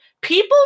people